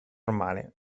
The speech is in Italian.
normale